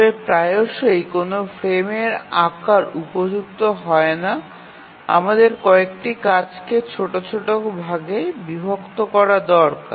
তবে প্রায়শই কোনও ফ্রেমের আকার উপযুক্ত হয় না আমাদের কয়েকটি কাজকে ছোট ছোট ভাগে বিভক্ত করা দরকার